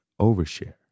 overshare